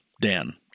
Dan